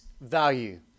value